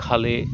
খালে